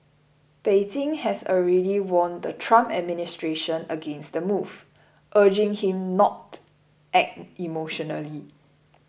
Beijing has already warned the Trump administration against the move urging him not act emotionally